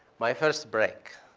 my first break,